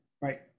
right